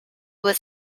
was